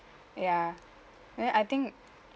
ya uh I think